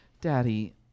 Daddy